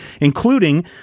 including